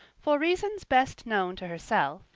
for reasons best known to herself,